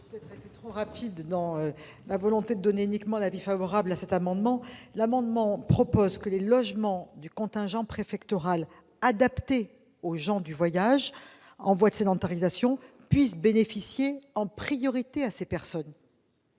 J'ai peut-être été trop rapide en me contentant de donner un avis favorable. Cet amendement prévoit que les logements du contingent préfectoral adaptés aux gens du voyage en voie de sédentarisation puissent bénéficier en priorité à ces personnes,